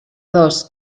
dos